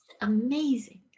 amazing